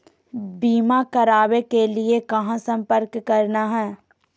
बीमा करावे के लिए कहा संपर्क करना है?